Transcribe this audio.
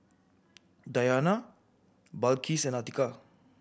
Dayana Balqis and Atiqah